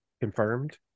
confirmed